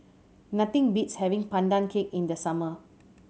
nothing beats having Pandan Cake in the summer